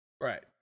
Right